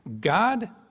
God